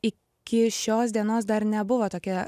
iki šios dienos dar nebuvo tokia